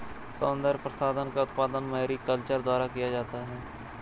सौन्दर्य प्रसाधन का उत्पादन मैरीकल्चर द्वारा किया जाता है